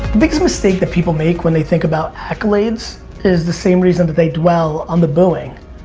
the biggest mistake that people make when they think about aca lades is the same reason that they dwell on the booing.